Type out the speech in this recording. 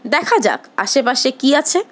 দেখা যাক আশেপাশে কি আছে